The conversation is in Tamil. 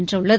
வென்றுள்ளது